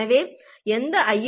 எனவே எந்த ஐ